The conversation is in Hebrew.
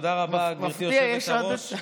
תודה רבה, גברתי היושבת-ראש.